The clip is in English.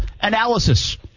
analysis